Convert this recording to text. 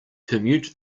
permute